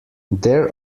there